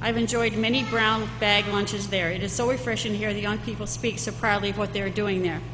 i've enjoyed many brown bag lunches there it is so refreshing to hear the young people speaks are probably what they're doing there